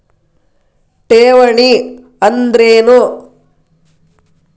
ಠೇವಣಿ ಅಂದ್ರೇನು?